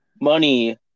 Money